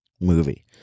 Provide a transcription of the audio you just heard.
movie